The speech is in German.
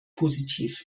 positiv